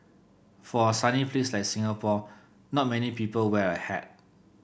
for a sunny place like Singapore not many people wear a hat